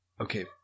Okay